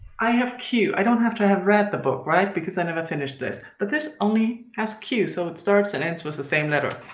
i have q. i don't have to have read the book, right? because i never finished this, but this only has q. so it starts and ends with the same letter.